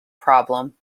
problem